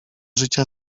życia